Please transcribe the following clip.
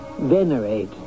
venerate